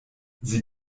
sie